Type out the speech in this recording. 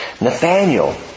Nathaniel